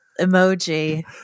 emoji